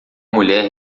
mulher